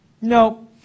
no